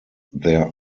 there